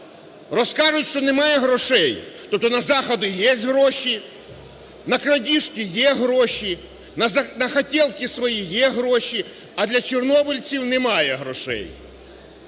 Розкажуть, що немає грошей. Тобто на заходи є гроші, на крадіжки є гроші, на хотєлки свої є гроші, а для чорнобильців немає грошей.